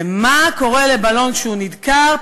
ומה קורה לבלון כשהוא נדקר?